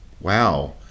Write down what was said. wow